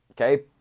Okay